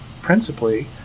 principally